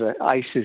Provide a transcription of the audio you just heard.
ISIS